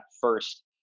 first